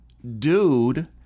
dude